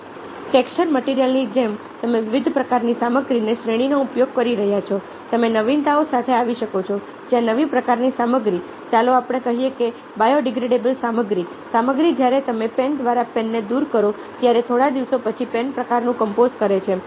texture મટિરિયલની જેમ તમે વિવિધ પ્રકારની સામગ્રીની શ્રેણીનો ઉપયોગ કરી રહ્યાં છો તમે નવીનતાઓ સાથે આવી શકો છો જ્યાં નવી પ્રકારની સામગ્રી ચાલો આપણે કહીએ કે બાયોડિગ્રેડેબલ સામગ્રી સામગ્રી જ્યારે તમે પેન દ્વારા પેનને દૂર કરો ત્યારે થોડા દિવસો પછી પેન પ્રકારનું કંપોઝ કરે છે